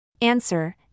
Answer